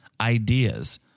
ideas